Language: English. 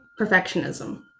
perfectionism